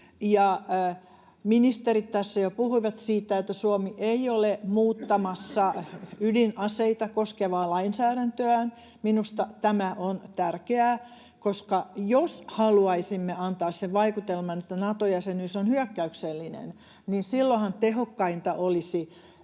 Ministerit tässä jo puhuivat siitä, että Suomi ei ole muuttamassa ydinaseita koskevaa lainsäädäntöä. Minusta tämä on tärkeää, koska jos haluaisimme antaa sen vaikutelman, että Nato-jäsenyys on hyökkäyksellinen, niin silloinhan tehokkainta olisi